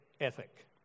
ethic